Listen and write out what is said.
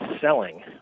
selling